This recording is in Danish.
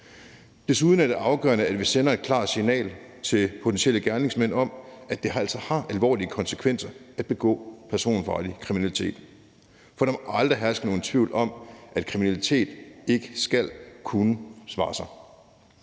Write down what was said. Desuden er det afgørende, at vi sender et klart signal til potentielle gerningsmænd om, at det altså har alvorlige konsekvenser at begå personfarlig kriminalitet, for der må aldrig herske nogen tvivl om, at kriminalitet ikke kan svare sig.